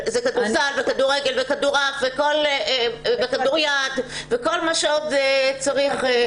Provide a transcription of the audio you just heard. זה כדורסל וכדורסל וכדורעף וכדוריד וכל מה שעוד צריך.